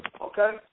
Okay